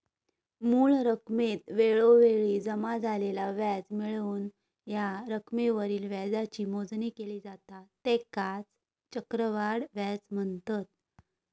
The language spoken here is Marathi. मूळ रकमेत वेळोवेळी जमा झालेला व्याज मिळवून या रकमेवरील व्याजाची मोजणी केली जाता त्येकाच चक्रवाढ व्याज म्हनतत